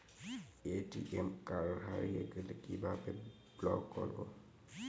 ATM card হারিয়ে গেলে কিভাবে ব্লক করবো?